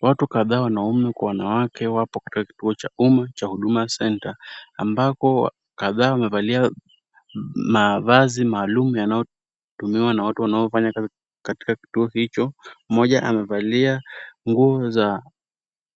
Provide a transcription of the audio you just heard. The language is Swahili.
Watu kadhaa, wanaume kwa wanawake, wapo katika kituo cha umma cha Huduma Center , ambako kadhaa wamevalia mavazi maalum yanaotumiwa na watu wanaofanya kazi katika kituo hicho. Mmoja amevalia nguo za